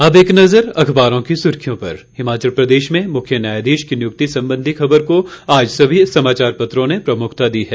अब एक नजर अखबारों की सुर्खियों पर हिमाचल प्रदेश में मुख्य न्यायाधीश की नियुक्ति संबंधी खबर को आज सभी समाचार पत्रों ने प्रमुखता दी है